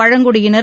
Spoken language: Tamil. பழங்குடியினர்